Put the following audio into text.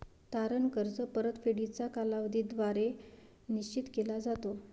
तारण कर्ज परतफेडीचा कालावधी द्वारे निश्चित केला जातो